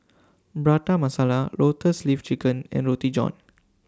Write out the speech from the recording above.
Prata Masala Lotus Leaf Chicken and Roti John